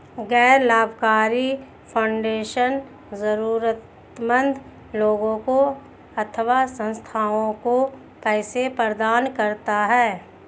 गैर लाभकारी फाउंडेशन जरूरतमन्द लोगों अथवा संस्थाओं को पैसे प्रदान करता है